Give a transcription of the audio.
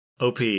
OP